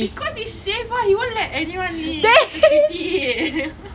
because he's shiva he won't let anybody leave such a cutie